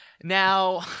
Now